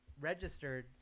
registered